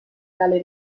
tale